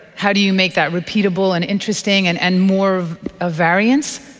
how do you make that repeatable and interesting and and more of a variance?